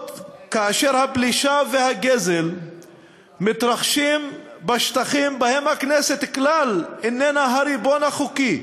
הפלישה והגזל מתרחשים בשטחים שבהם הכנסת כלל איננה הריבון החוקי,